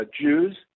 Jews